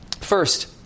First